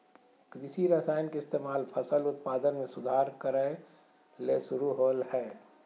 कृषि रसायन के इस्तेमाल फसल उत्पादन में सुधार करय ले शुरु होलय हल